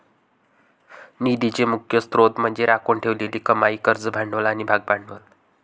निधीचे मुख्य स्त्रोत म्हणजे राखून ठेवलेली कमाई, कर्ज भांडवल आणि भागभांडवल